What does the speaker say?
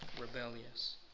rebellious